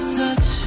touch